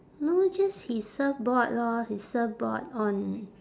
no just his surfboard lor his surfboard on